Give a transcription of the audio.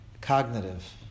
cognitive